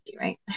right